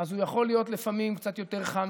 אז הוא יכול להיות לפעמים קצת יותר חם,